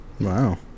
Wow